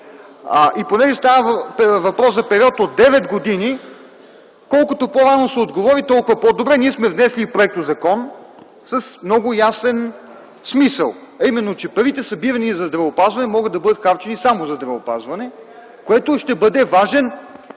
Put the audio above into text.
Понеже става въпрос за период от девет години, колкото по-рано се отговори, толкова по-добре. Ние сме внесли проектозакон с много ясен смисъл, а именно, че парите, събирани за здравеопазване, могат да бъдат харчени само за здравеопазване, което ще бъде важен